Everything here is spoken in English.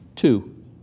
Two